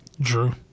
Drew